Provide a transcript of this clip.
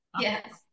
Yes